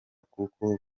kuko